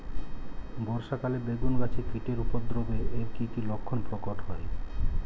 বর্ষা কালে বেগুন গাছে কীটের উপদ্রবে এর কী কী লক্ষণ প্রকট হয়?